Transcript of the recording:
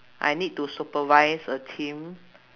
I need to supervise a team